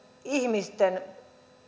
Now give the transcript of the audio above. ihmisten